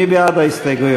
מי בעד ההסתייגויות?